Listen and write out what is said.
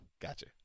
Gotcha